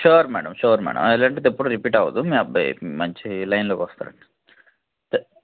sure madam sure madam ఇలాంటిది ఎప్పుడు repeat అవ్వదు మీ అబ్బాయి మంచి లైన్లోకొస్తాడు తే